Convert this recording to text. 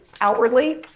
outwardly